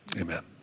Amen